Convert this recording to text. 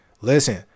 Listen